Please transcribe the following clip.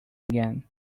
again